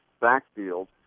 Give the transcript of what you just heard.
backfield